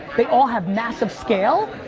they all have massive scale,